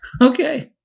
Okay